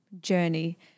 journey